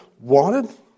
wanted